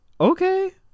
Okay